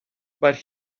but